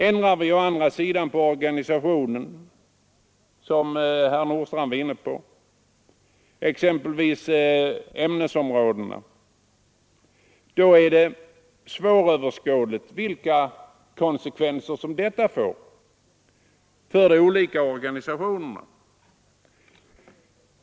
Ändrar vi å andra sidan på organisationen, som herr Nordstrandh var inne på, exempelvis ämnesområdena, blir det svåröverskådliga konsekvenser för de olika organisationerna.